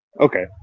Okay